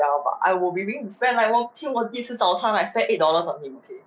ya but I will be willing to spend like I 请我第 I spend eight dollars on him okay